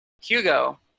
Hugo